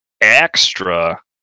extra